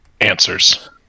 answers